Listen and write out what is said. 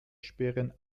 sperren